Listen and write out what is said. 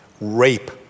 rape